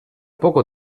poco